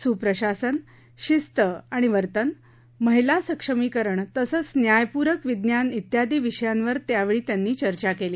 सुप्रशासन शिस्त आणि वर्तन महिला सक्षमीकरण तसंच न्यायपूरक विज्ञान ियादी विषयांवर यावेळी त्यांनी चर्चा केली